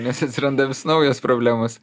nes atsiranda vis naujos problemos